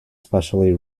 specially